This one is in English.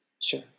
Sure